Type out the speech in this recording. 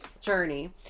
journey